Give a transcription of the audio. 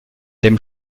dem